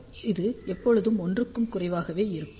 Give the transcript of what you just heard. இது எப்போதும் 1 க்கும் குறைவாக இருக்கும்